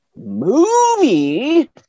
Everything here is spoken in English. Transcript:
movie